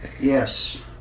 Yes